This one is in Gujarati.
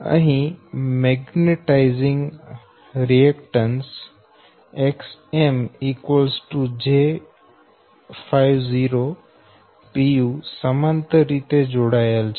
અહી magnetizing reactance Xm j50 pu સમાંતર રીતે જોડાયેલ છે